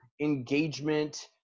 engagement